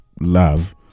love